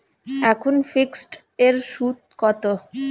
এখন ফিকসড এর সুদ কত?